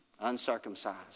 uncircumcised